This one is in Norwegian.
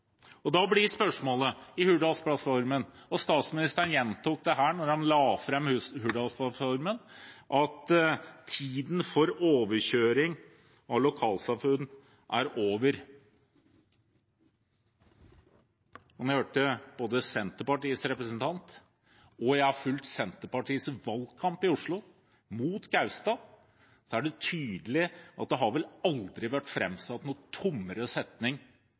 og statsministeren gjentok det her da han la fram Hurdalsplattformen: «Tiden for overkjøring av lokalsamfunn er over.» Jeg hørte Senterpartiets representant her, og jeg har fulgt Senterpartiets valgkamp i Oslo – mot Gaustad. Det er tydelig at aldri har det vært framsatt noen tommere setning